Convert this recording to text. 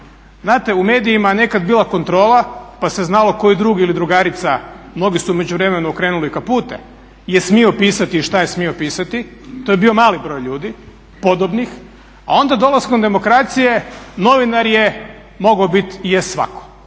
Znate u medijima je nekad bila kontrola, pa se znalo koji drug ili drugarica, mnogi su u međuvremenu okrenuli kapute, je smio pisati šta je smio pisati. To je bio mali broj ljudi, podobnih a onda dolaskom demokracije novinar je mogao biti svatko